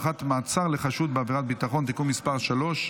(הארכת מעצר לחשוד בעבירת ביטחון) (תיקון מס' 3),